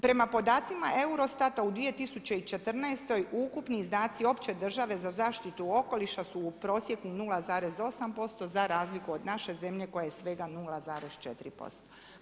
Prema podacima Eurostata u 2014. ukupni izdaci opće države za zaštitu okoliša su u prosjeku 0,8% za razliku od naše zemlje, koja je svega 0,4%